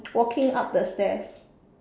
walking up the stairs